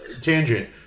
tangent